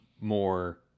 more